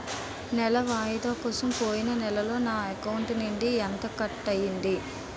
నెల వాయిదా కోసం పోయిన నెలలో నా అకౌంట్ నుండి ఎంత కట్ అయ్యింది?